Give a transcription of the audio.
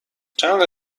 چند